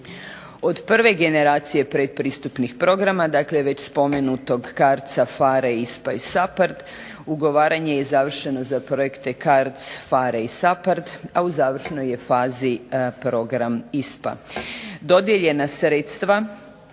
Od prve generacije pretpristupnih programa, dakle već spomenutog CARDS-a, PHARE, ISPA i SAPARD ugovaranje je završeno za projekte CARDS, PHARE i SAPARD, a u završnoj je fazi program ISPA. Dodijeljena sredstva